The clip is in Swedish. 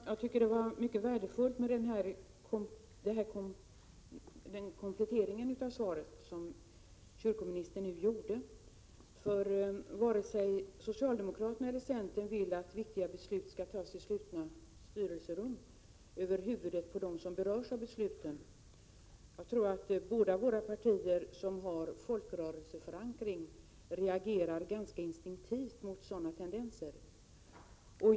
Herr talman! Det var mycket värdefullt med den komplettering av svaret som kyrkoministern gjorde. Varken socialdemokraterna eller centern vill ju att viktiga beslut skall fattas i slutna styrelserum över huvudet på dem som berörs av besluten. Jag tror att båda våra partier, som har folkrörelseförankring, reagerar instinktivt mot sådana tendenser.